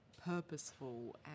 purposeful